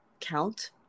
count